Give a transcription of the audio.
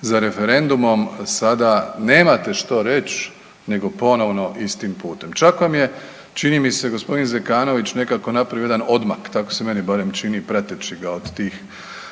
za referendumom sada nemate što reć nego ponovno istim putem, čak vam je čini mi se g. Zekanović nekako napravio jedan odmak tako se meni barem čini prateći ga od tih